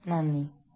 നന്ദി